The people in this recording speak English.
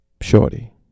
shorty